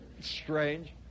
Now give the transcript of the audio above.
Strange